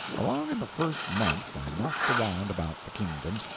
along in the first months i knocked around about the kingdom,